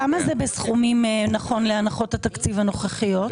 כמה זה בסכומים נכון להנחות התקציב הנוכחיות?